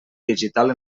digital